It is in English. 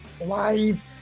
Live